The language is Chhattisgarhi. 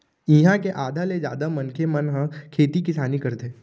इहाँ के आधा ले जादा मनखे मन ह खेती किसानी करथे